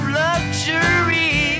luxury